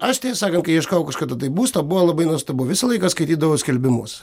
aš tiesą sakant kai ieškojau kažkada tai būsto buvo labai nuostabu visą laiką skaitydavau skelbimus